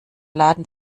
laden